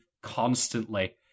constantly